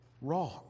Wrong